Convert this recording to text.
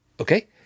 Okay